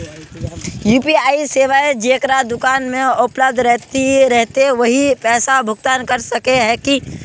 UPI सेवाएं जेकरा दुकान में उपलब्ध रहते वही पैसा भुगतान कर सके है की?